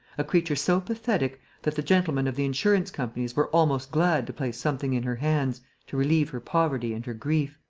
a creature so pathetic that the gentlemen of the insurance-companies were almost glad to place something in her hands to relieve her poverty and her grief.